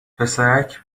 پسرک